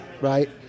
right